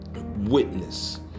witness